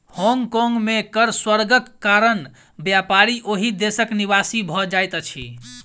Hong Kong में कर स्वर्गक कारण व्यापारी ओहि देशक निवासी भ जाइत अछिं